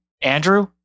Andrew